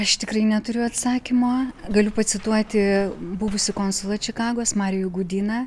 aš tikrai neturiu atsakymo galiu pacituoti buvusį konsulą čikagos marijų gudyną